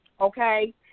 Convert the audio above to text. Okay